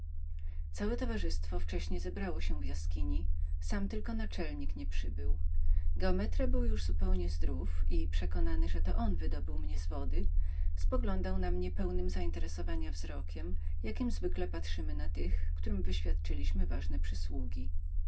całe towarzystwo wcześnie zebrało się do jaskini sam tylko naczelnik nie przybył geometra był już zupełnie zdrów i przekonany że on wydobył mnie z wody spoglądał na mnie tym zajmującym wzrokiem jakim zwykle patrzymy na tych którym wyświadczyliśmy ważne